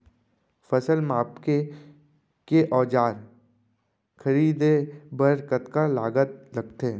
फसल मापके के औज़ार खरीदे बर कतका लागत लगथे?